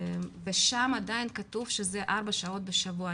ושם עדיין כתוב שזה 4 שעות בשבוע.